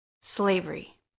Slavery